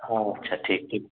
हाँ अच्छा ठीक ठीक